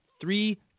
three